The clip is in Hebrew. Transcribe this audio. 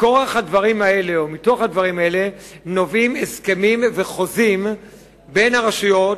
מכורח הדברים האלה נובעים הסכמים וחוזים בין הרשויות,